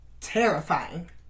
terrifying